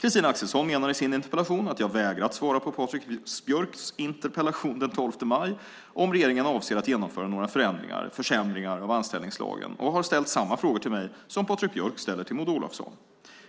Christina Axelsson menar i sin interpellation att jag vägrat svara på Patrik Björcks interpellation den 12 maj om regeringen avser att genomföra några förändringar - försämringar av anställningslagen och har ställt samma frågor till mig som Patrik Björk ställer till Maud Olofsson.